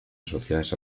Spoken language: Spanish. asociadas